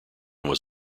was